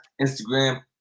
Instagram